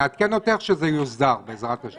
נעדכן אותך כשזה יוסדר, בעזרת השם.